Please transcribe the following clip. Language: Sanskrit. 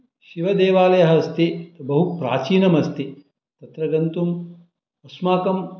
शिवदेवालयः अस्ति बहुप्राचीनम् अस्ति तत्र गन्तुम् अस्माकं